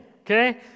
okay